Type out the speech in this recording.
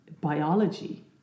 biology